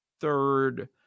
third